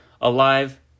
alive